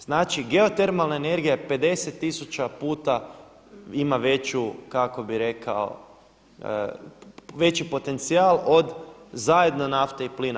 Znači geotermalna energija je 50 tisuća puta ima veću kako bih rekao, veći potencijal od zajedno nafte i plina.